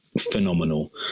phenomenal